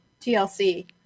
TLC